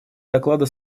доклада